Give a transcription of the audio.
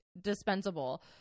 dispensable